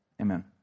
Amen